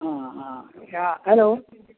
हां आं ह्या हॅलो